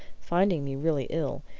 finding me really ill,